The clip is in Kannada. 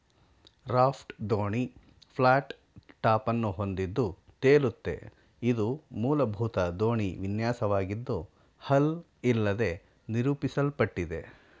ರಾಫ್ಟ್ ದೋಣಿ ಫ್ಲಾಟ್ ಟಾಪನ್ನು ಹೊಂದಿದ್ದು ತೇಲುತ್ತೆ ಇದು ಮೂಲಭೂತ ದೋಣಿ ವಿನ್ಯಾಸವಾಗಿದ್ದು ಹಲ್ ಇಲ್ಲದೇ ನಿರೂಪಿಸಲ್ಪಟ್ಟಿದೆ